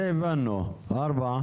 מה לגבי הסתייגות מספר 4?